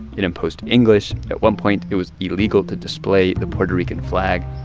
it imposed english. at one point, it was illegal to display the puerto rican flag